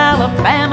Alabama